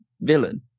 villain